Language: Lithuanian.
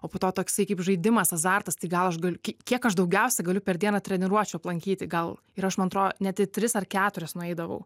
o po to taksi kaip žaidimas azartas tai gal aš galiu ki kiek aš daugiausia galiu per dieną treniruočių aplankyti gal ir aš man atrodo net į tris ar keturias nueidavau